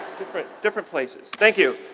different different places. thank you.